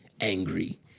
angry